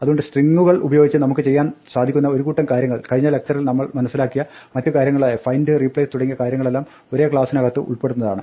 അതുകൊണ്ട് സ്ട്രിങ്ങുകൾ ഉപയോഗിച്ച് നമുക്ക് ചെയ്യാൻ സാധിക്കുന്ന ഒരുകൂട്ടം കാര്യങ്ങൾ കഴിഞ്ഞ ലക്ചറിൽ നമ്മൾ മനസ്സിലാക്കിയ മറ്റു കാര്യങ്ങളായ find replace തുടങ്ങിയ കാര്യങ്ങളെല്ലാം ഒരേ ക്ലാസ്സിനകത്ത് ഉൾപ്പടുന്നതാണ്